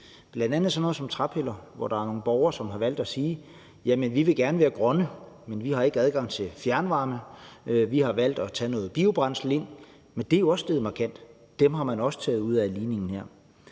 hvad angår sådan noget som træpiller, er der nogle borgere, som har valgt at sige: Jamen vi vil gerne være grønne, men vi har ikke adgang til fjernvarme, så vi har valgt at tage noget biobrændsel ind. Men det er jo også steget markant. Dem har man også taget ud af ligningen her.